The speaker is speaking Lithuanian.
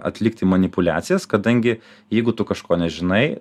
atlikti manipuliacijas kadangi jeigu tu kažko nežinai